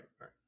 right